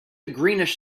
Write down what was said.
greenish